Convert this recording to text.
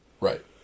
Right